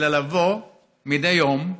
אלא לבוא מדי יום,